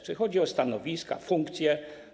Czy chodzi o stanowiska, funkcje?